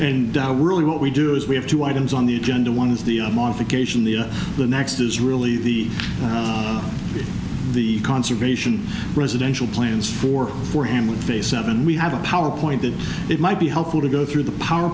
and really what we do is we have two items on the agenda one is the modification the the next is really the the conservation residential plans for for him with a seven we have a power point that it might be helpful to go through the power